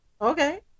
okay